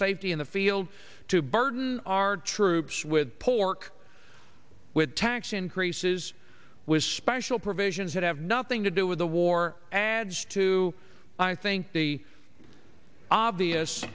safety in the field to burden our troops with pork with tax increases was special provisions that have nothing to do with the war adds to i think the obvious